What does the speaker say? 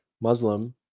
Muslim